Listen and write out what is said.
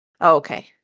Okay